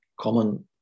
common